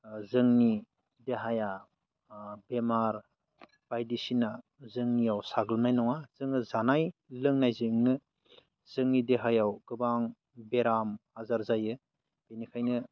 जोंनि देहाया बेमार बायदिसिना जोंनियाव साग्लोबनाय नङा जोङो जानाय लोंनायजोंनो जोंनि देहायाव गोबां बेराम आजार जायो बेनिखायनो